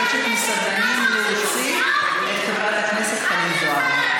אני מבקשת מהסדרנים להוציא את חברת הכנסת חנין זועבי.